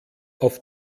auf